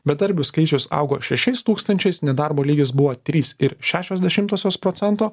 bedarbių skaičius augo šešiais tūkstančiais nedarbo lygis buvo trys ir šešios dešimtosios procento